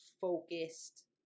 focused